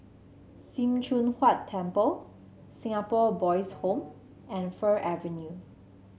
Sim Choon Huat Temple Singapore Boys' Home and Fir Avenue